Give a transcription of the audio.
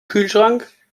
kühlschrank